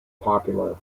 popular